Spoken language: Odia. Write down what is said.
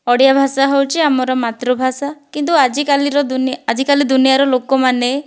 ଓଡ଼ିଆ ଭାଷା ହେଉଛି ଆମର ମାତୃଭାଷା କିନ୍ତୁ ଆଜିକାଲିର ଦୁନିଆ ଆଜିକାଲି ଦୁନିଆର ଲୋକମାନେ